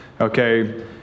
Okay